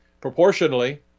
proportionally